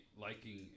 liking